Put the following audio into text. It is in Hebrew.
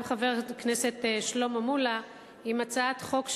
גם חבר הכנסת שלמה מולה, עם הצעת החוק שלו,